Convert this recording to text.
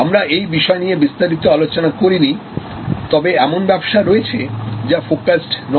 আমরা এই বিষয় নিয়ে বিস্তারিত আলোচনা করিনি তবে এমন ব্যবসা রয়েছে যা ফোকাসডনয়